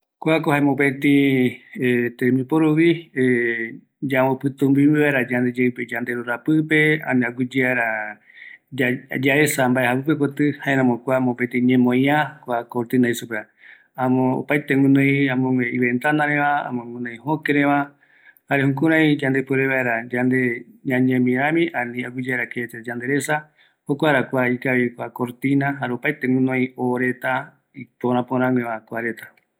Kua cortina jaeko ñemöaïa, jare yambo pɨtumimbi vaera yake renda, öime opaete oo reta guinoi jare ömöpörä vi kua ooreta